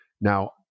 Now